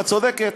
את צודקת.